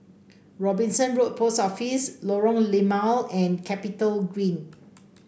Robinson Road Post Office Lorong Limau and CapitalGreen